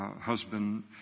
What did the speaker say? Husband